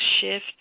Shift